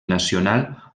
nacional